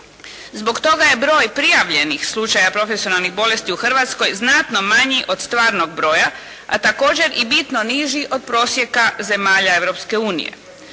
Zbog toga je broj prijavljenih slučaja profesionalnih bolesti u Hrvatskoj znatno manji od stvarnog broja, a također i bitno niži od prosjeka zemalja